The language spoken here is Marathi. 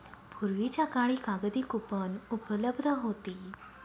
पूर्वीच्या काळी कागदी कूपन उपलब्ध होती